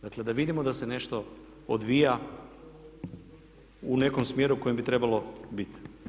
Dakle da vidimo da se nešto odvija u nekom smjeru u kojem bi trebalo biti.